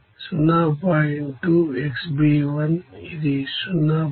2xB1ఇది 0